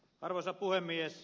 arvoisa puhemies